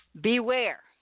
Beware